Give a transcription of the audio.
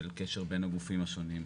של קשר בין הגופים השונים.